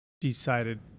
decided